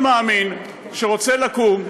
וכל מאמין שרוצה לקום,